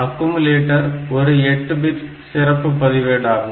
accumulator ஒரு 8 bit சிறப்பு பதிவேடு ஆகும்